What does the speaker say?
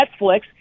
Netflix